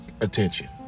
attention